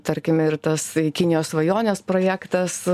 tarkim ir tas kinijos svajonės projektas